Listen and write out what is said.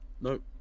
Nope